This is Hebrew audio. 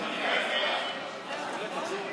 סיעות ישראל